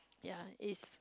ya is